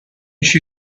she